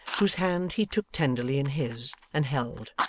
whose hand he took tenderly in his, and held.